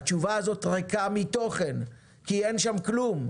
התשובה הזאת היא ריקה מתוכן, כי אין שם כלום.